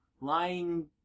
lying